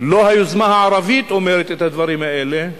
לא היוזמה הערבית אומרת את הדברים האלה.